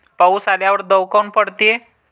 पाऊस आल्यावर दव काऊन पडते?